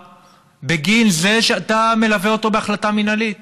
בגין זה שאתה מלווה אותו בהחלטה מינהלית.